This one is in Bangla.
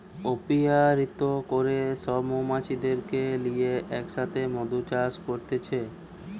অপিয়ারীতে করে সব মৌমাছিদেরকে লিয়ে এক সাথে মধু চাষ করতিছে